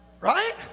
Right